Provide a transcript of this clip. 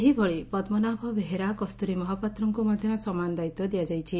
ସେହିଭଳି ପଦ୍ମନାଭ ବେହେରା କସ୍ତୁରୀ ମହାପାତ୍ରଙ୍କୁ ମଧ୍ଧ ସମାନ ଦାୟିତ୍ୱ ଦିଆଯାଇଛି